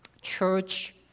Church